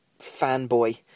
fanboy